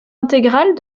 intégrale